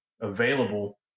available